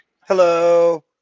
Hello